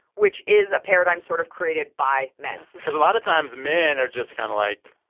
which is a paradigm sort of created by men because a lot of times men are just kind of like,